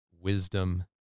wisdom